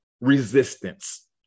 resistance